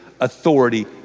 authority